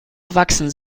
erwachsen